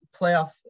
playoff